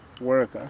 work